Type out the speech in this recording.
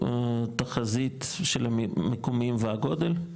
איזושהי תחזית של המקומיים והגודל?